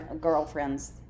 girlfriends